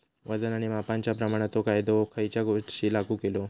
वजन आणि मापांच्या प्रमाणाचो कायदो खयच्या वर्षी चालू केलो?